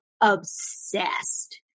obsessed